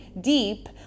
deep